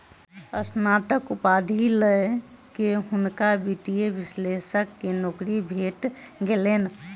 स्नातक उपाधि लय के हुनका वित्तीय विश्लेषक के नौकरी भेट गेलैन